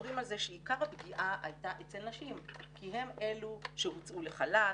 שמדברים על זה שעיקר הפגיעה הייתה אצל נשים כי הן אלו שהוצאו לחל"ת,